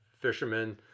fishermen